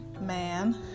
man